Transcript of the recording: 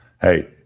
Hey